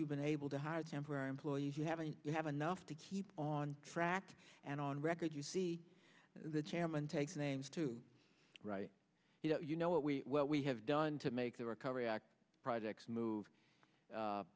you've been able to hire temporary employees you have and you have enough to keep on track and on record you see the chairman takes names to you know you know what we what we have done to make the recovery act projects move